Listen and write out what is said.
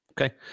Okay